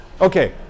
Okay